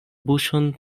buŝon